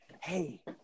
hey